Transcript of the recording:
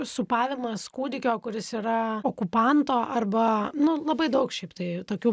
sūpavimas kūdikio kuris yra okupanto arba nu labai daug šiaip tai tokių